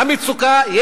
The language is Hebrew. המצוקה,